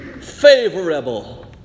favorable